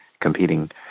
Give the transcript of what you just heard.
competing